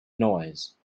noise